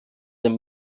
dem